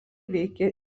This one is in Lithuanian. veikė